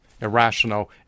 irrational